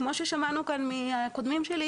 כמו ששמענו כאן מקודמיי,